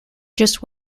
just